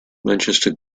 manchester